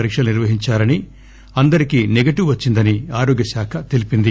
పరీక్షలు నిర్వహించారని అందరికి సెగటీవ్ వచ్చిందని ఆరోగ్వశాఖ తెలిపింది